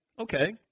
Okay